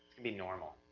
be normal,